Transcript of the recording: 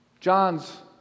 John's